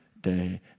day